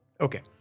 okay